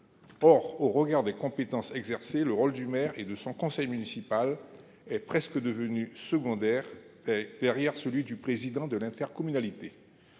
Or, au regard des compétences exercées, le rôle du maire et de son conseil municipal est presque devenu secondaire derrière celui du président de l'intercommunalité.